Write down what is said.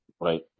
right